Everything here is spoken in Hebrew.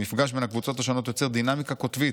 המפגש בין הקבוצות השונות יוצר דינמיקה קוטבית.